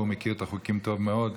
והוא מכיר את החוקים טוב מאוד,